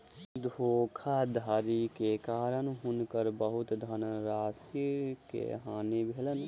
धोखाधड़ी के कारण हुनका बहुत धनराशि के हानि भेलैन